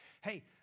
hey